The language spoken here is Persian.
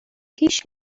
پیش